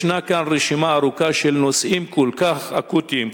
ישנה כאן רשימה ארוכה של נושאים כל כך אקוטיים,